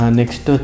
next